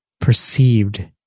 perceived